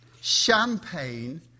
champagne